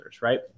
right